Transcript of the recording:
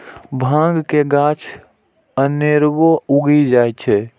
भांग के गाछ अनेरबो उगि जाइ छै